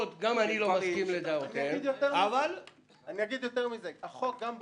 הם לא עושים את זה, אבל הם חוששים.